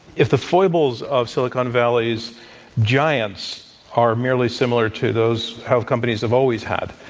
if the foibles of silicon valley's giants are merely similar to those have companies have always had,